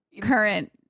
current